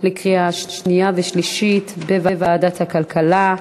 התשע"ה 2014, לוועדת הכלכלה נתקבלה.